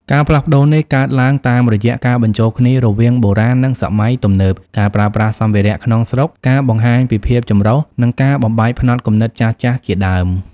ការផ្លាស់ប្តូរនេះកើតឡើងតាមរយៈ ការបញ្ចូលគ្នារវាងបុរាណ និងសម័យទំនើប ការប្រើប្រាស់សម្ភារៈក្នុងស្រុក ការបង្ហាញពីភាពចម្រុះ និងការបំបែកផ្នត់គំនិតចាស់ៗ ជាដើម។